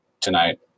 tonight